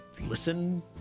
listen